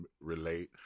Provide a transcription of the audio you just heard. relate